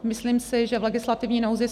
Myslím si, že v legislativní nouzi